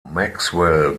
maxwell